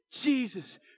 Jesus